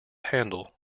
handle